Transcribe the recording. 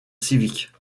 civiques